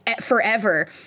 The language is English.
forever